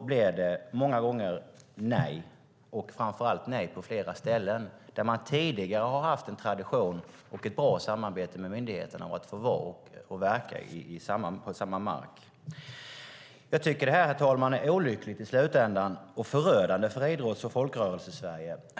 blir det dock många gånger nej, och framför allt nej på flera ställen, där man tidigare har haft en tradition av och ett bra samarbete med myndigheterna om att få vara och verka på samma mark. Jag tycker att detta är olyckligt i slutändan, herr talman. Det är förödande för Idrotts och Folkrörelsesverige.